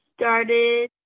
started